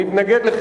במסגרת,